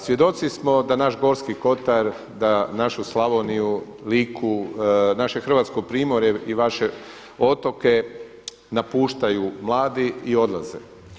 Svjedoci smo da naš Gorski Kotar da našu Slavoniju, Liku, naše Hrvatsko primorje i vaše otoke napuštaju mladi i odlaze.